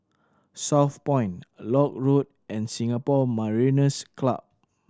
Southpoint Lock Road and Singapore Mariners' Club